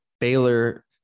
Baylor